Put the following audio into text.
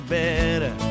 better